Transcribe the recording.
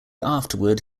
afterward